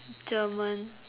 German